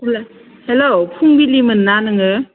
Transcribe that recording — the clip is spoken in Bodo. हेलौ फुंबिलि मोन्ना नोङो